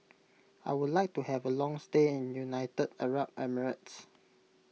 I would like to have a long stay in United Arab Emirates